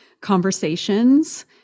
conversations